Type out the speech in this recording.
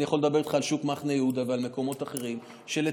אני יכול לדבר איתך על שוק מחנה יהודה ועל מקומות אחרים שלצערי,